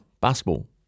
basketball